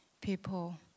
people